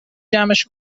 جمعش